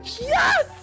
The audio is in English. Yes